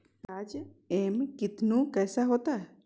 प्याज एम कितनु कैसा होता है?